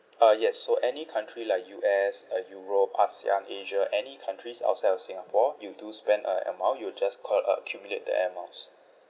uh yes so any country like U_S uh europe ASEAN asia any countries outside of singapore you do spend an amount you'll just coll~ accumulate the air miles